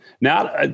Now